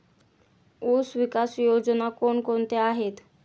ऊसविकास योजना कोण कोणत्या आहेत?